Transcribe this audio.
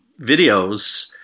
videos